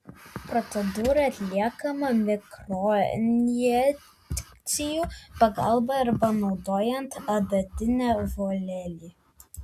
procedūra atliekama mikroinjekcijų pagalba arba naudojant adatinį volelį